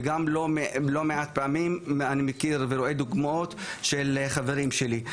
וגם לא מעט פעמים אני מכיר ורואה דוגמאות של חברים שלי,